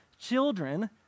children